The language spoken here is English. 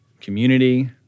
community